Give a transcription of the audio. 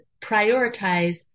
prioritize